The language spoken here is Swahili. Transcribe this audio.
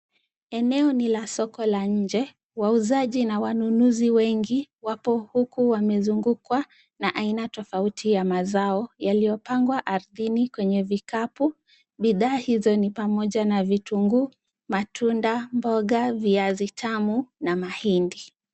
Eneo ni la soko la nje. Wauzaji na wanunuzi wengi wapo huku wamezungukwa na aina tofauti ya mazao yaliyopangwa ardhini kwenye vikapu. Bidhaa hizo ni pamoja na vitunguu, matunda, mboga, viazi tamu na mahindi.